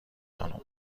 خانم